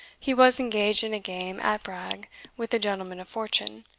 he was engaged in a game at brag with a gentleman of fortune,